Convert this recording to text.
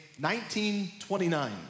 1929